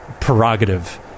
prerogative